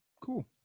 Cool